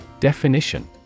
Definition